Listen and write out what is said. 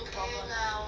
no problem